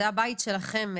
זה הבית שלכם.